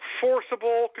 forcible